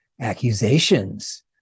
accusations